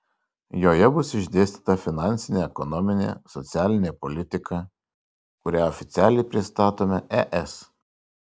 joje bus išdėstyta finansinė ekonominė socialinė politika kurią oficialiai pristatome es